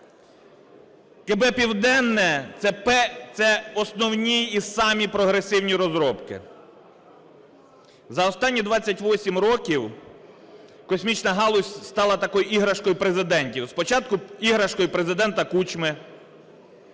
КБ "Південне" – це основні і самі прогресивні розробки. За останні 28 років космічна галузь стала такою іграшкою президентів. Спочатку іграшкою Президента Кучми,